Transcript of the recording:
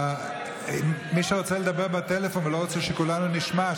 מי שרוצה לדבר בטלפון ולא רוצה שכולנו נשמע,